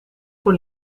voor